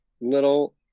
little